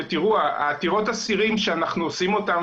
עתירות האסירים שאנחנו עושים אותן,